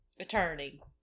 Attorney